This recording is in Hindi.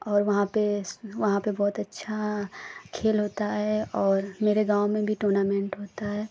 और वहाँ पर वहाँ पर बहुत अच्छा खेल होता है और मेरे गाँव में भी टूर्नामेंट होता है